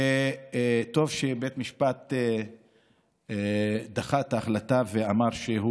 וטוב שבית המשפט דחה את ההחלטה ואמר שהוא